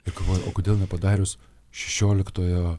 ir galvoju o kodėl nepadarius šešioliktojo